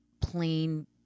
plain